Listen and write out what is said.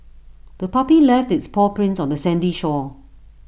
the puppy left its paw prints on the sandy shore